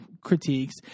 critiques